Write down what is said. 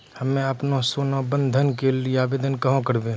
हम्मे आपनौ सोना बंधन के लेली आवेदन कहाँ करवै?